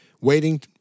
waiting